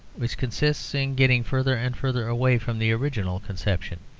which consists in getting further and further away from the original conception,